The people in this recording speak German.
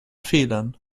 fehlern